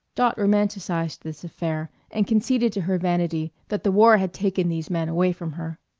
dot romanticized this affair and conceded to her vanity that the war had taken these men away from her.